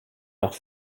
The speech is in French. leurs